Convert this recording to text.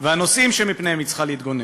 והנושאים שמפניהם היא צריכה להתגונן,